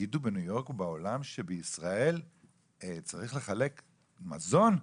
יגידו בניו יורק ובעולם שבישראל צריך לחלק מזון?